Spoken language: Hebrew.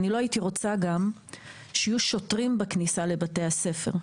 אני גם לא הייתי רוצה שיהיו שוטרים בכניסה לבתי הספר.